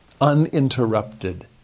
uninterrupted